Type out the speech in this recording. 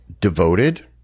devoted